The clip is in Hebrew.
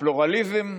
הפלורליזם,